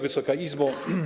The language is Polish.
Wysoka Izbo!